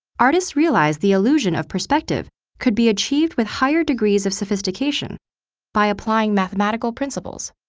artists realized the illusion of perspective could be achieved with higher degrees of sophistication by applying mathematical principles.